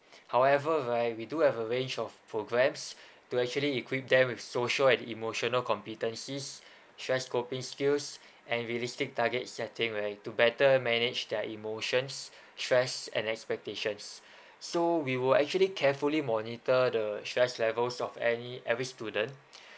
however right we do have a range of programs to actually equip them with social and emotional competencies stress coping skills and realistic target setting way to better manage their emotions stress and expectations so we will actually carefully monitor the stress levels of any every student